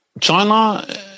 China